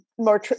more